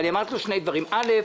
ואני אמרתי לו שני דברים א.